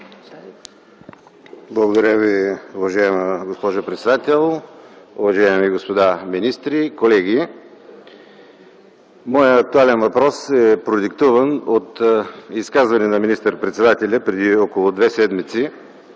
Благодаря, уважаема госпожо председател. Уважаеми господа министри, колеги! Моят актуален въпрос е продиктуван от изказване на министър-председателя преди две седмици